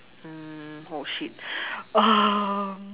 mm oh shit um